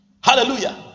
Hallelujah